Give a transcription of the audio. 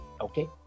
Okay